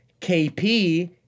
KP